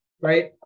Right